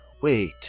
Wait